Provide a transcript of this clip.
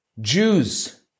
Jews